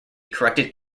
corrected